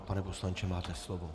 Pane poslanče, máte slovo.